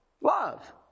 Love